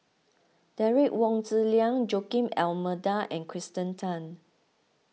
Derek Wong Zi Liang Joaquim D'Almeida and Kirsten Tan